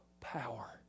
power